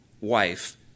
wife